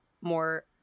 more